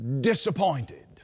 disappointed